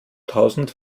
tausende